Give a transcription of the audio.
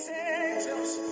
angels